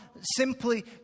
simply